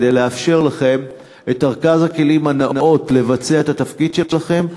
כדי לאפשר לכם את ארגז הכלים הנאות לבצע את התפקיד שלכם.